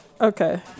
Okay